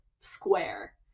square